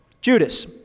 Judas